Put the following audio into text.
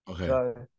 okay